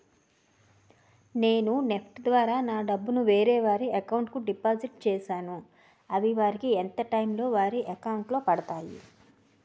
నేను నెఫ్ట్ ద్వారా నా డబ్బు ను వేరే వారి అకౌంట్ కు డిపాజిట్ చేశాను అవి వారికి ఎంత టైం లొ వారి అకౌంట్ లొ పడతాయి?